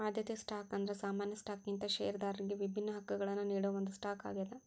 ಆದ್ಯತೆ ಸ್ಟಾಕ್ ಅಂದ್ರ ಸಾಮಾನ್ಯ ಸ್ಟಾಕ್ಗಿಂತ ಷೇರದಾರರಿಗಿ ವಿಭಿನ್ನ ಹಕ್ಕಗಳನ್ನ ನೇಡೋ ಒಂದ್ ಸ್ಟಾಕ್ ಆಗ್ಯಾದ